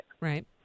right